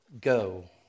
go